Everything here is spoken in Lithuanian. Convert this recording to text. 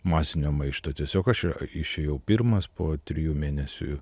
masinio maišto tiesiog aš išėjau pirmas po trijų mėnesių